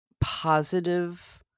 positive